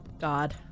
God